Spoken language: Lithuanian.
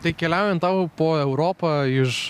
tai keliaujant tau po europą iš